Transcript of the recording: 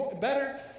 better